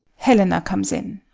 helena comes in.